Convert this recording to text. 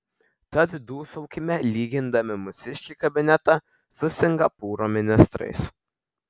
tad dūsaukime lygindami mūsiškį kabinetą su singapūro ministrais